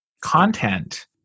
content